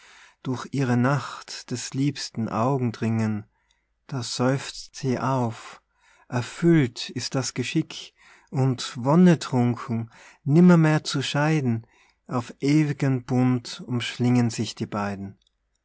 durch ihre nacht des liebsten augen dringen da seufzt sie auf erfüllt ist das geschick und wonnetrunken nimmermehr zu scheiden auf ew'gen bund umschlingen sich die beiden